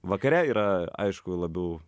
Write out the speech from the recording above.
vakare yra aišku labiau